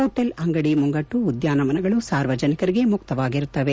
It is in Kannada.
ಹೊಟೇಲ್ ಅಂಗಡಿ ಮುಂಗಟ್ಲು ಉದ್ದಾನವನಗಳು ಸಾರ್ವಜನಿಕರಿಗೆ ಮುಕ್ತವಾಗಿರುತ್ತವೆ